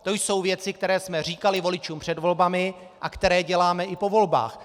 To jsou věci, které jsme říkali voličům před volbami a které děláme i po volbách.